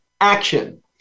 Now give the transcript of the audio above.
action